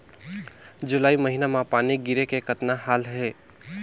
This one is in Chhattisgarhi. जुलाई महीना म पानी गिरे के कतना हाल हे?